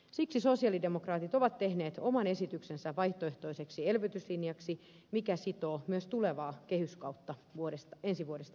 siksi sosialidemokraatit ovat tehneet oman esityksensä vaihtoehtoiseksi elvytyslinjaksi mikä sitoo myös tulevaa kehyskautta ensi vuodesta alkaen